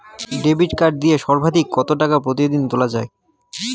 Debit card দিয়ে সর্বাধিক কত টাকা প্রতিদিন তোলা য়ায়?